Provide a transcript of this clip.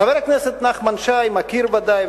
חבר הכנסת נחמן שי מכיר בוודאי,